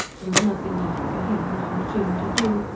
there was nothing left for him, long jim, to do,